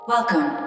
Welcome